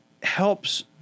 Helps